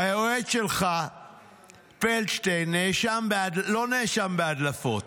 היועץ שלך פלדשטיין לא נאשם בהדלפות,